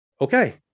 okay